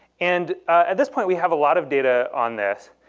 and at this point, we have a lot of data on this.